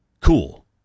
cool